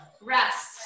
Rest